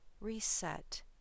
Reset